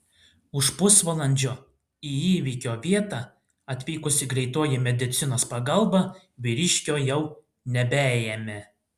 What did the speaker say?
už pusvalandžio į įvykio vietą atvykusi greitoji medicinos pagalba vyriškio jau nebeėmė